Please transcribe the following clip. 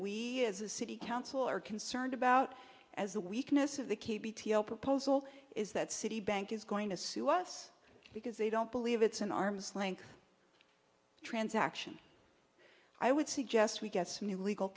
we as a city council are concerned about as the weakness of the k b t o proposal is that citibank is going to sue us because they don't believe it's an arm's length transaction i would suggest we get some new legal